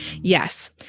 Yes